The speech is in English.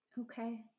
Okay